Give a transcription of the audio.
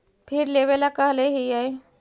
फिर लेवेला कहले हियै?